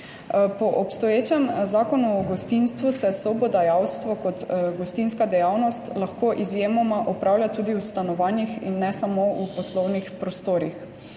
Po obstoječem Zakonu o gostinstvu se sobodajalstvo kot gostinska dejavnost lahko izjemoma opravlja tudi v stanovanjih, in ne samo v poslovnih prostorih.